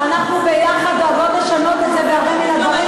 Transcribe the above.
ואנחנו ביחד דואגות לשנות את זה בהרבה מן הדברים,